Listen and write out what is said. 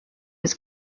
was